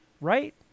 right